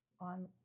On